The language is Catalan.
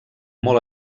molt